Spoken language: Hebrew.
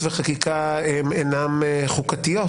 וחקיקה הן אינן חוקתיות,